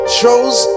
chose